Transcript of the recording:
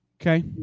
Okay